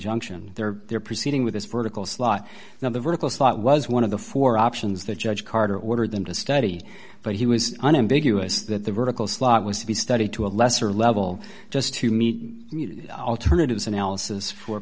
injunction they're they're proceeding with this vertical slot now the vertical slot was one of the four options that judge carter ordered them to study but he was unambiguous that the vertical slot was to be studied to a lesser level just to meet the alternatives analysis fo